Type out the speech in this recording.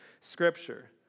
Scripture